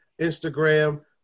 Instagram